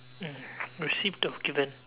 mm received or given